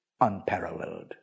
unparalleled